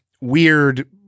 weird